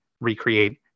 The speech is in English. recreate